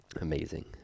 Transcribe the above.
amazing